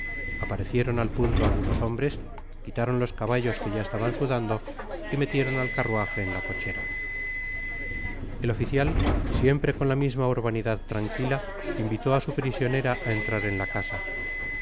aparecieron al punto algunos hombres quitaron los caballos que ya estaban sudando y metieron al carruaje en la cochera el oficial siempre con la misma urbanidad tranquila invitó á su prisionera á entrar en ta casa